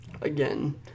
again